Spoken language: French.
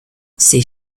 ces